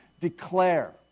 declare